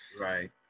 Right